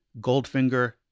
Goldfinger